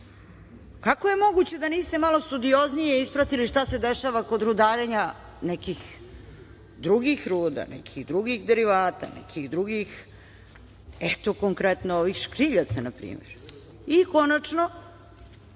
kako je moguće da niste malo studioznije ispratili šta se dešava kod rudarenja nekih drugih ruda, nekih drugih derivata, eto konkretno ovih škriljaca npr?Konačno,